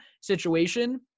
situation